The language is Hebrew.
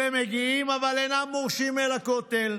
אלה מגיעים, אבל אינם מורשים אל הכותל.